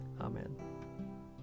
Amen